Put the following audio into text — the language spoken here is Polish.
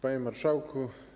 Panie Marszałku!